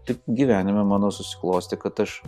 tik gyvenime mano susiklostė kad aš